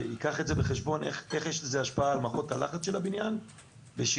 שייקח את זה בחשבון איזו השפעה יש לזה על מערכות הלחץ של הבניין בשגרה,